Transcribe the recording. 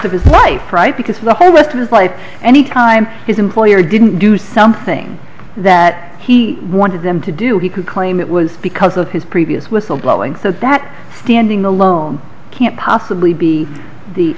of his wife right because the whole western type any time his employer didn't do something that he wanted them to do he could claim it was because of his previous whistle blowing thought that standing alone can't possibly be the